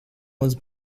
was